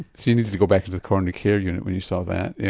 so you needed to go back to to the coronary care unit when you saw that. yeah